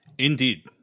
Indeed